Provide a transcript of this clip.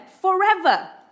forever